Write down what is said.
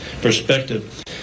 perspective